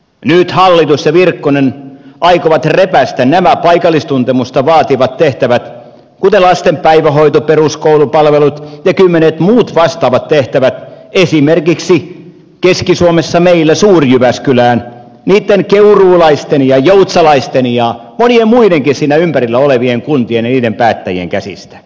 nyt hallitus ja virkkunen aikovat repäistä nämä paikallistuntemusta vaativat tehtävät kuten lasten päivähoidon peruskoulun palvelut ja kymmenet muut vastaavat tehtävät esimerkiksi meillä keski suomessa suur jyväskylään niitten keuruulaisten ja joutsalaisten ja monien muidenkin siinä ympärillä olevien kuntien ja niiden päättäjien käsistä